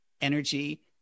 energy